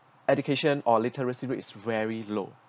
education or literacy rate is very low